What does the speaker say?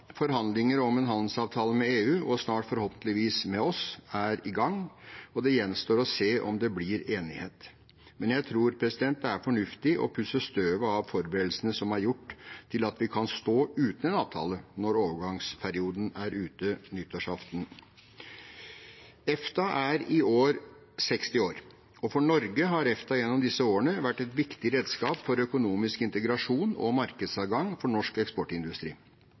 Forhandlinger om en handelsavtale med EU – og snart forhåpentligvis med oss – er i gang. Det gjenstår å se om det blir enighet, men jeg tror det er fornuftig å pusse støvet av forberedelsene som er gjort til at vi kan stå uten en avtale når overgangsperioden er ute nyttårsaften. EFTA er i år 60 år, og for Norge har EFTA gjennom disse årene vært et viktig redskap for økonomisk integrasjon og markedsadgang for norsk eksportindustri.